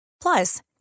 Plus